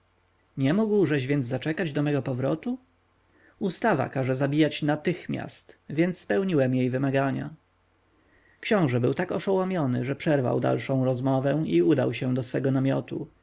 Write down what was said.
nie mógłżeś więc zaczekać do mego powrotu ustawa każe zabijać natychmiast więc spełniłem jej wymagania książę był tak oszołomiony że przerwał dalszą rozmowę i udał się do swego namiotu